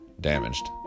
damaged